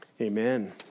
Amen